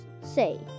say